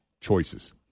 choices